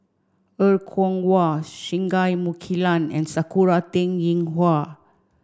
Er Kwong Wah Singai Mukilan and Sakura Teng Ying Hua